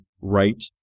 right